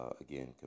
again